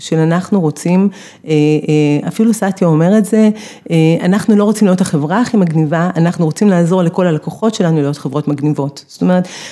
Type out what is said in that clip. שאנחנו רוצים, אפילו סאטיה אומר את זה, אנחנו לא רוצים להיות החברה הכי מגניבה, אנחנו רוצים לעזור לכל הלקוחות שלנו להיות חברות מגניבות. זאת אומרת...